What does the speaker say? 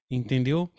entendeu